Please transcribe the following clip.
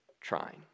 trying